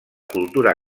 cultura